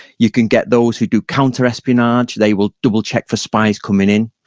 you can get those who do counterespionage. they will double check for spies coming in.